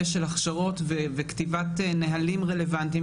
של הכשרות וכתיבת נהלים רלוונטיים,